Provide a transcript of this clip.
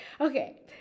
Okay